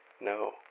no